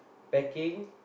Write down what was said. packing